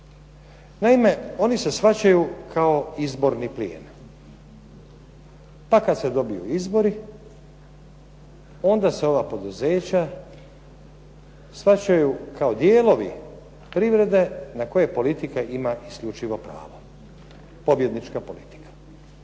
Naime, oni se shvaćaju kao izborni plijen, pa kad se dobiju izbori onda se ova poduzeća shvaćaju kao dijelovi privrede na koje politika ima isključivo pravo, pobjednička politika.